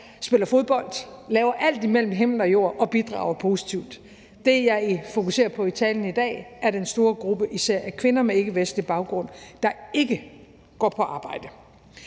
spiller fodbold, laver alt imellem himmel og jord og bidrager positivt. Det, jeg fokuserer på i talen i dag, er den store gruppe af især kvinder med ikkevestlig baggrund, der ikke går på arbejde.